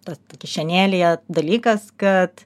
ta kišenėlėje dalykas kad